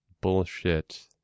bullshit